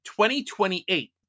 2028